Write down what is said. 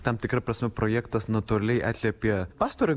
tam tikra prasme projektas natūraliai atliepė pastarojo